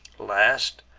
last,